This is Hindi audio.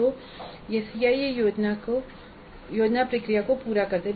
तो यह CIE योजना प्रक्रिया को पूरा करता है